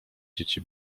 dzieci